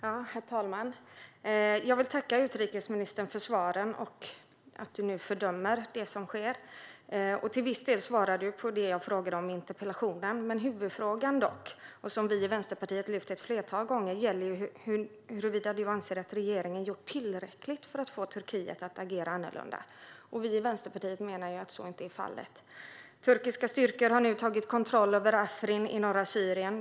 Herr talman! Jag vill tacka utrikesministern för svaren och för att hon nu fördömer det som sker. Till viss del svarade utrikesministern på det jag frågade om i interpellationen. Huvudfrågan, som vi i Vänsterpartiet har lyft upp ett flertal gånger, gäller dock huruvida hon anser att regeringen har gjort tillräckligt för att få Turkiet att agera annorlunda. Vi i Vänsterpartiet menar att så inte är fallet. Turkiska styrkor har nu tagit kontroll över Afrin i norra Syrien.